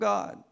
God